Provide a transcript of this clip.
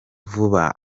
vuba